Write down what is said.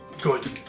Good